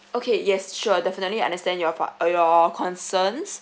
okay yes sure definitely understand your for your concerns